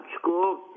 school